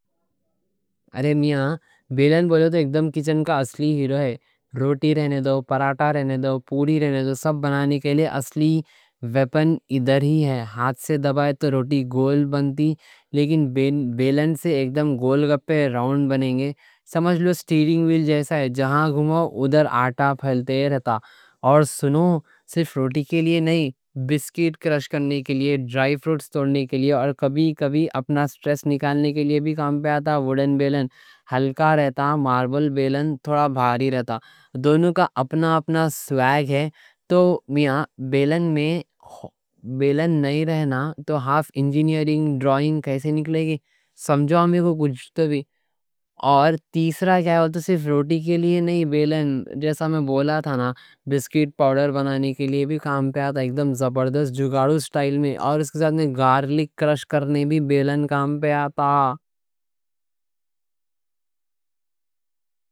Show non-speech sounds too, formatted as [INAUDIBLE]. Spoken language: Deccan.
ارے میاں بیلن بولے تو اکدم کچن کا اصلی ہیرو ہے۔ روٹی رہنے دو، پراتا رہنے دو، پوری رہنے دو، سب بنانے کے لیے اصلی ویپن ادھر ہی ہے۔ ہاتھ سے دبائے تو روٹی گول بنتی، لیکن [HESITATION] بیلن سے اکدم گول گپے راون بنیں گے۔ سمجھ لو سٹیرنگ ویل جیسا ہے، جہاں گھوماؤ ادھر آٹا پھلتے رہتا۔ اور سنو، صرف روٹی کے لیے نہیں، بسکیٹ کرش کرنے کے لیے، ڈرائی فروٹس توڑنے کے لیے، اور کبھی کبھی اپنا سٹریس نکالنے کے لیے بھی کام پہ آتا، وڈن بیلن۔ ہلکا رہتا، ماربل بیلن تھوڑا بھاری رہتا۔ دونوں کا اپنا اپنا سویگ ہے، تو میاں بیلن میں [HESITATION] بیلن نہیں رہنا تو ہاف انجینئرنگ ڈرائنگ کیسے نکلے گی، سمجھو ہمیں وہ [HESITATION] کچھ تو بھی اور [HESITATION] تیسرا کیا ہے، صرف روٹی کے لیے نہیں بیلن جیسا میں بولا تھا نا۔ نہ بسکیٹ پاؤڈر بنانے کے لیے بھی کام آتا، اکدم زبردست جگاڑو سٹائل میں، اور اس کے ساتھ میں گارلک کرش کرنے بھی بیلن کام پہ آتا۔